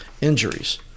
Injuries